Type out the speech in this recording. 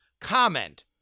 comment